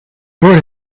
brought